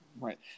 Right